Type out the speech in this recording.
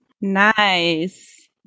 Nice